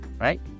right